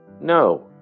No